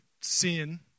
sin